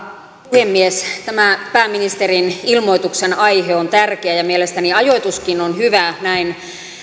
puhemies tämä pääministerin ilmoituksen aihe on tärkeä ja mielestäni ajoituskin on hyvä näin